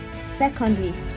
secondly